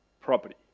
property